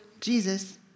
Jesus